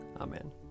Amen